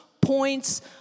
points